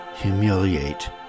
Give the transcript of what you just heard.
humiliate